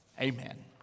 Amen